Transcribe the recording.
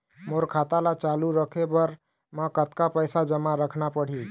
मोर खाता ला चालू रखे बर म कतका पैसा जमा रखना पड़ही?